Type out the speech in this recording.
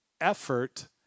Effort